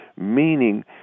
meaning